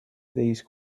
these